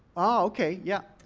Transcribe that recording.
ah okay. yeah.